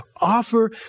offer